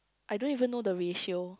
I don't even know the ratio